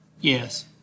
Yes